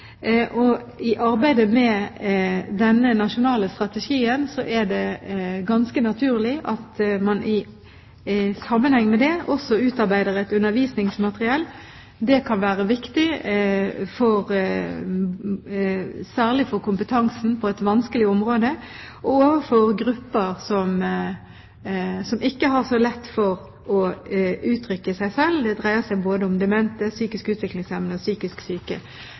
I sammenheng med arbeidet med den nasjonale strategien er det ganske naturlig at man også utarbeider undervisningsmateriell. Det kan være viktig særlig for kompetansen på et vanskelig område og overfor grupper som ikke har så lett for å uttrykke seg selv. Det dreier seg om både demente, psykisk utviklingshemmede og psykisk syke.